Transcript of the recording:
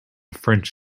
french